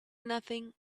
nothing